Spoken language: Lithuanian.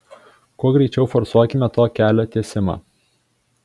kuo greičiau forsuokime to kelio tiesimą